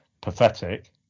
pathetic